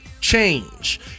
change